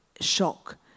shock